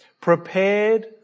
Prepared